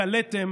התגליתם